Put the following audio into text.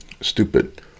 stupid